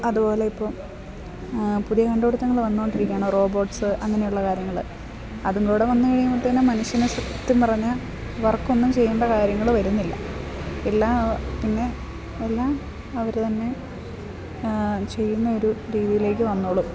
അതുപോലെ ഇപ്പോൾ പുതിയ കണ്ടുപിടുത്തങ്ങൾ വന്നുകൊണ്ടിരിക്കുകയാണ് റോബോട്ട്സ് അങ്ങനെ ഉള്ള കാര്യങ്ങൾ അതും കൂടെ വന്ന് കഴിയുമ്പോഴത്തേന് മനുഷ്യന് സത്യം പറഞ്ഞാൽ വർക്കൊന്നും ചെയ്യേണ്ട കാര്യങ്ങൾ വരുന്നില്ല എല്ലാം പിന്നെ എല്ലാം അവർ തന്നെ ചെയ്യുന്ന ഒരു രീതിയിലേക്ക് വന്നുകൊള്ളും